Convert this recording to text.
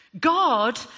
God